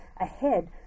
ahead